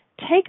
take